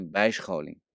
bijscholing